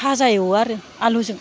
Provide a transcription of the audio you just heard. भाजा एवो आरो आलुजों